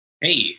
Hey